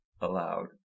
allowed